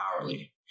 hourly